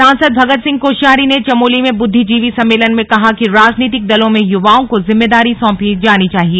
सांसद भगत सिंह कोशियारी ने चमोली में बुद्धिजीवी सम्मेलन में कहा कि राजनीतिक दलों में युवाओं को जिम्मेदारी सौंपी जानी चाहिए